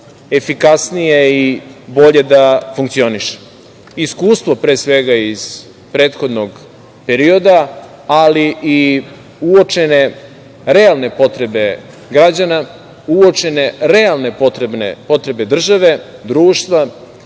efikasnije i bolje da funkcioniše. Iskustvo pre svega iz prethodnog perioda, ali i uočene realne potrebe građana, uočene realne potrebe države, društva